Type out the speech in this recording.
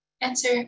answer